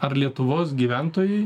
ar lietuvos gyventojai